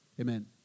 Amen